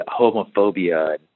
homophobia